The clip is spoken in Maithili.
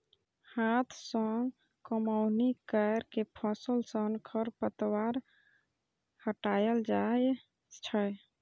हाथ सं कमौनी कैर के फसल सं खरपतवार हटाएल जाए छै